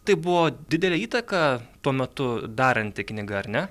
tai buvo didelę įtaką tuo metu daranti knyga ar ne